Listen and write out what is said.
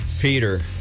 Peter